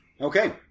Okay